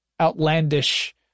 outlandish